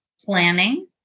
planning